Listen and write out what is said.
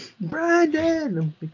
brandon